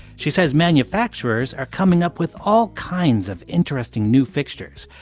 she says manufacturers are coming up with all kinds of interesting new fixtures.